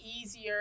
easier